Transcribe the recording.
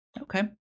Okay